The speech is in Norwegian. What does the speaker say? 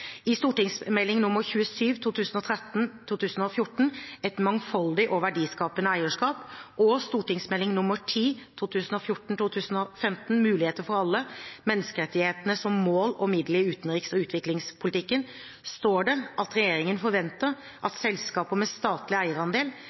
I Meld. St. 27 for 2013–2014, Et mangfoldig og verdiskapende eierskap, og Meld. St. 10 for 2014–2015, Muligheter for alle – menneskerettighetene som mål og middel i utenriks- og utviklingspolitikken, står det at regjeringen forventer at selskaper med statlig eierandel